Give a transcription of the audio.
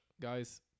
guys